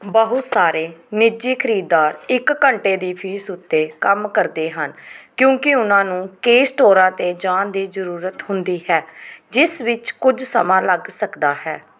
ਬਹੁਤ ਸਾਰੇ ਨਿੱਜੀ ਖਰੀਦਦਾਰ ਇੱਕ ਘੰਟੇ ਦੀ ਫੀਸ ਉੱਤੇ ਕੰਮ ਕਰਦੇ ਹਨ ਕਿਉਂਕਿ ਉਨ੍ਹਾਂ ਨੂੰ ਕਈ ਸਟੋਰਾਂ 'ਤੇ ਜਾਣ ਦੀ ਜ਼ਰੂਰਤ ਹੁੰਦੀ ਹੈ ਜਿਸ ਵਿੱਚ ਕੁਝ ਸਮਾਂ ਲੱਗ ਸਕਦਾ ਹੈ